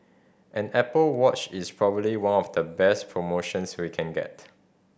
an Apple Watch is probably one of the best promotions we can get